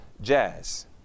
jazz